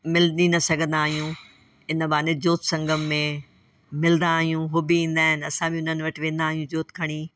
मिल बि न सघंदा आहियूं इन बहाने जोत संगम में मिलंदा आहियूं हो बि ईंदा आहिनि असां बि हुननि वटि वेंदा आहियूं जोत खणी